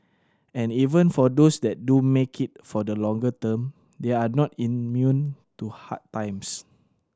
and even for those that do make it for the longer term they are not immune to hard times